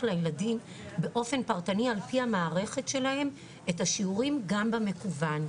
לילדים באופן פרטני על פי המערכת שלהם את השיעורים גם במקוון,